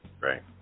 Right